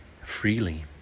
freely